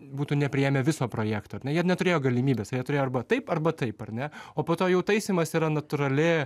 būtų nepriėmę viso projekto ar ne jie neturėjo galimybės jie turėjo arba taip arba taip ar ne o po to jau taisymas yra natūrali